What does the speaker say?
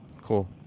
Cool